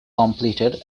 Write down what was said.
completed